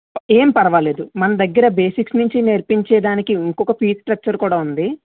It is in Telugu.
ఏం పర్వాలేదు మన దగ్గర బేసిక్స్ నుంచి నేర్పించే దానికి ఇంకొక ఫీజ్ స్ట్రక్చర్ కూడా ఉంది